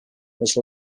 which